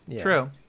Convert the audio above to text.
True